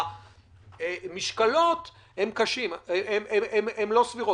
המשקולות לא סבירות.